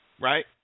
right